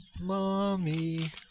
Mommy